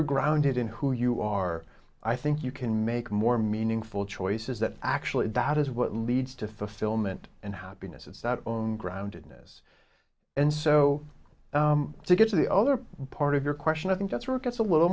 you're grounded in who you are i think you can make more meaningful choices that actually that is what leads to fulfillment and happiness its own groundedness and so to get to the other part of your question i think that's work it's a little